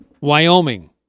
Wyoming